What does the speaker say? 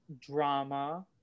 drama